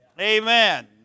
Amen